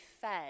fed